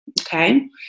Okay